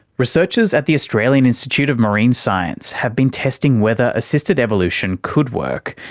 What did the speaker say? researchers at the australian institute of marine science have been testing whether assisted evolution could work,